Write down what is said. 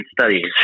studies